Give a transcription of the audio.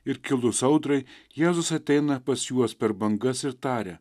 ir kilus audrai jėzus ateina pas juos per bangas ir taria